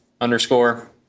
underscore